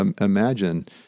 imagine